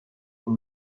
con